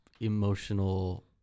emotional